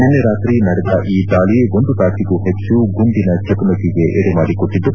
ನಿನ್ನೆ ರಾತ್ರಿ ನಡೆದ ಈ ದಾಳ ಒಂದು ತಾಸಿಗೂ ಹೆಚ್ಚು ಗುಂಡಿನ ಚಕಮಕಿಗೆ ಎಡೆಮಾಡಿಕೊಟ್ಟಿದ್ದು